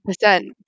percent